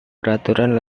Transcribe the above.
peraturan